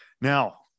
Now